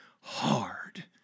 hard